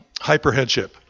hyperheadship